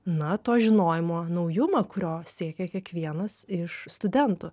na to žinojimo naujumą kurio siekia kiekvienas iš studentų